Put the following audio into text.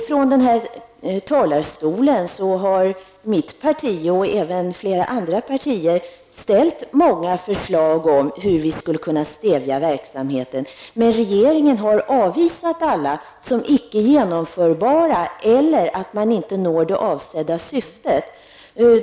Från riksdagens talarstol har mitt parti och även flera andra partier ställt många förslag om hur vi skulle kunna stävja den här verksamheten, men regeringen har avvisat dem alla som icke genomförbara eller med argumentet att man därigenom inte når det avsedda syftet.